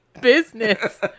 business